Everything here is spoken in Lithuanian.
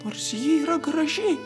nors ji yra graži